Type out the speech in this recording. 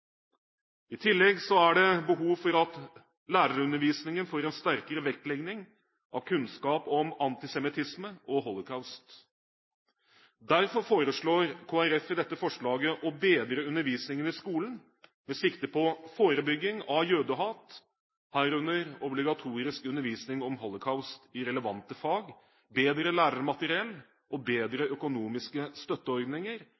I tillegg er det behov for at lærerundervisningen får en sterkere vektlegging av kunnskap om antisemittisme og holocaust. Derfor foreslår Kristelig Folkeparti i dette forslaget å bedre undervisningen i skolen med sikte på forebygging av jødehat, herunder obligatorisk undervisning om holocaust i relevante fag, bedre lærermateriell og